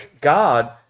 God